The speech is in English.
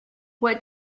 what